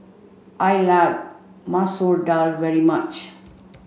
I like Masoor Dal very much